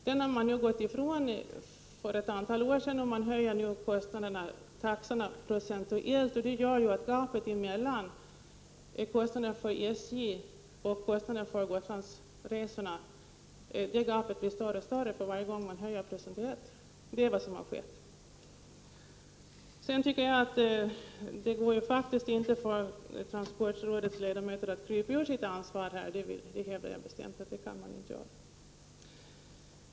För ett antal år sedan har man gått ifrån den metoden och höjer nu taxorna procentuellt. Det gör att gapet mellan kostnaderna för SJ-resor och kostnaderna för Gotlandsresor blir större och större för varje gång man höjer. Jag hävdar bestämt att det inte går för transportrådets ledamöter att krypa ur sitt ansvar. Det kan man inte göra.